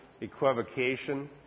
equivocation